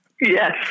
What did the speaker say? Yes